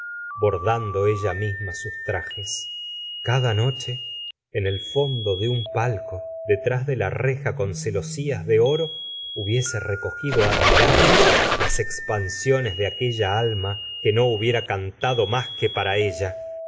bordando ella misma sus trajes cada no che en el fondo de un palco detrás de la reja con celosías de oro hubiese recogido admirada las expansiones de aquella alma que no hubiera cantado más que para ella